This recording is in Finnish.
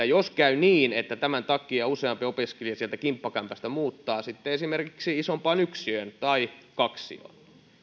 jos käy niin että tämän takia useampi opiskelija sieltä kimppakämpästä muuttaa esimerkiksi isompaan yksiöön tai kaksioon